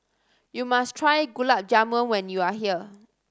you must try Gulab Jamun when you are here